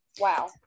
Wow